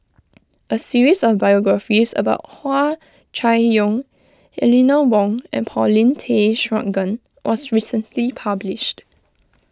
a series of biographies about Hua Chai Yong Eleanor Wong and Paulin Tay Straughan was recently published